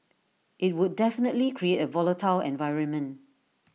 IT would definitely create A volatile environment